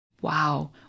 Wow